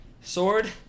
sword